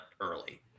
early